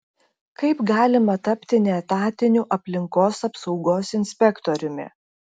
kaip galima tapti neetatiniu aplinkos apsaugos inspektoriumi